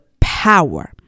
power